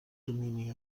domini